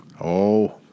oh-